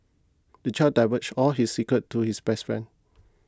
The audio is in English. the child divulged all his secrets to his best friend